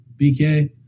BK